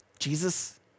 Jesus